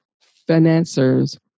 financiers